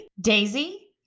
Daisy